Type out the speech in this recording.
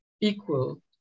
equal